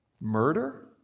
murder